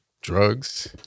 drugs